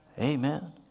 Amen